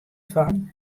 fan